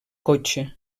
cotxe